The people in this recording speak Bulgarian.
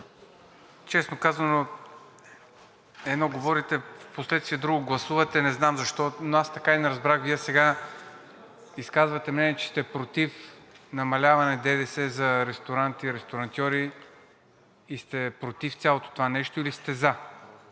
честно казано, едно говорите, впоследствие друго гласувате. Но аз така и не разбрах – Вие сега изказвате мнение, че сте против намаляване на ДДС за ресторанти и ресторантьори и сте против цялото това нещо, или сте за?